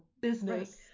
business